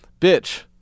Bitch